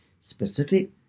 specific